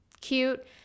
cute